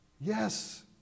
Yes